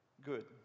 good